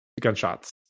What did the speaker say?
Gunshots